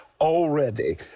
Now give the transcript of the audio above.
already